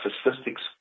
statistics